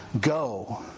Go